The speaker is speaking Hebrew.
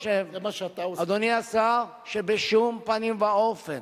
אדוני השר, אני חושב שבשום פנים ואופן